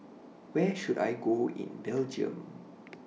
Where should I Go in Belgium